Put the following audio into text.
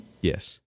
Yes